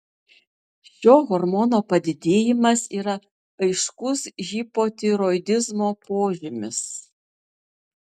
šio hormono padidėjimas yra aiškus hipotiroidizmo požymis